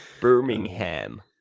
birmingham